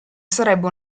sarebbe